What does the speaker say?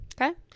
okay